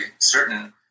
certain